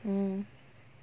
mm